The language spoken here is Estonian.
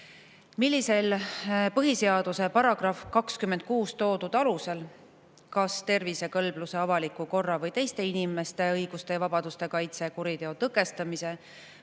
Millisel põhiseaduse §‑s 26 toodud alusel, kas tervise, kõlbluse, avaliku korra või teiste inimeste õiguste ja vabaduste kaitse, kuriteo tõkestamise või